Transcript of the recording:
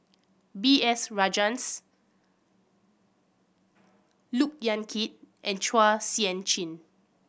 B S Rajhans Look Yan Kit and Chua Sian Chin